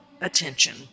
attention